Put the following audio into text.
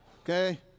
Okay